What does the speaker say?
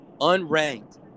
unranked